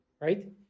Right